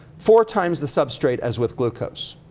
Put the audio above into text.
four times the substrate as with glucose.